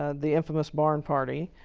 ah the infamous barn party,